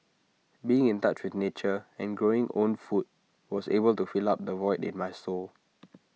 being in touch with nature and growing own food was able to fill up the void in my soul